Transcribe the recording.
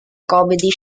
comedy